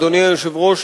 אדוני היושב-ראש,